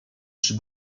przy